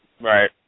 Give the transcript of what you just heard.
Right